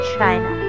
China